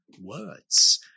words